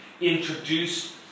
introduced